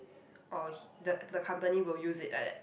or the the company will use it like that